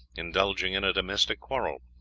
indulging in a domestic quarrel.